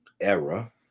era